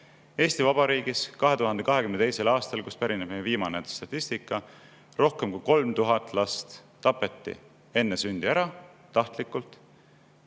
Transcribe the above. Eesti Vabariigis tapeti 2022. aastal, kust pärineb meie viimane statistika, rohkem kui 3000 last enne sündi ära tahtlikult